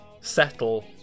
Settle